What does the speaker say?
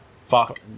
Fuck